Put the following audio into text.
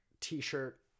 t-shirt